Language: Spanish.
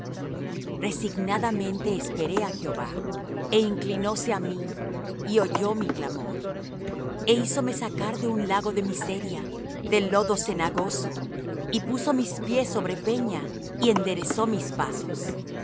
david resignadamente esperé á jehová e inclinóse á mí y oyó mi clamor e hízome sacar de un lago de miseria del lodo cenagoso y puso mis pies sobre peña y enderezó mis pasos